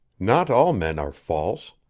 not all men are false.